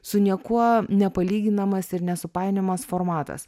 su niekuo nepalyginamas ir nesupainiojamas formatas